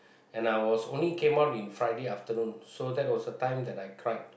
and I was only came on in Friday afternoon so that was a time I cried